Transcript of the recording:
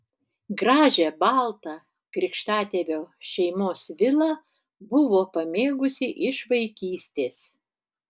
gražią baltą krikštatėvio šeimos vilą buvo pamėgusi iš vaikystės